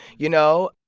you know,